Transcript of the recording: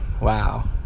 wow